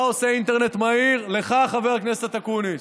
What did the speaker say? מה עושה אינטרנט מהיר לך, חבר הכנסת אקוניס?